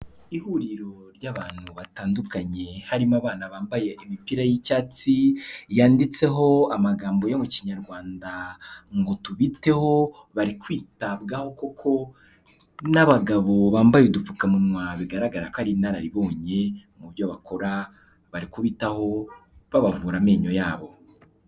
Ihuriro ry'abantu batandukanye harimo abana bambaye imipira y'icyatsi, yanditseho amagambo yo mu Kinyarwanda ngo tubiteho, bari kwitabwaho kuko n'abagabo bambaye udupfukamunwa bigaragara ko ari inararibonye mu byo bakora, barikubitaho babavura amenyo yabo.